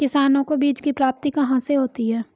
किसानों को बीज की प्राप्ति कहाँ से होती है?